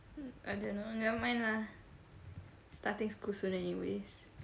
I don't know nevermind lah starting school soon anyways